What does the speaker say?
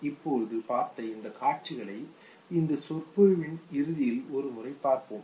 இப்போது பார்த்த இந்த காட்சிகளை இந்த சொற்பொழிவின் இறுதியில் ஒருமுறை பார்ப்போம்